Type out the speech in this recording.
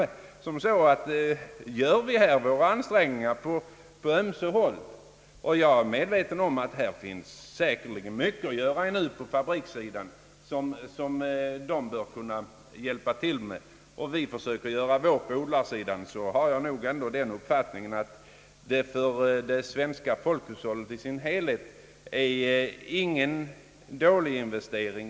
Om vi gör våra ansträngningar på ömse håll — det finns säkerligen mycket som man på fabrikssidan kan hjälpa till med, och vi på odlarsidan får väl också försöka göra vårt — är jag av den uppfattningen att det för det svenska folkhushållet i sin helhet bör kunna ge till resultat en god investering.